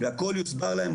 והכול יוסבר להם,